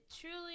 truly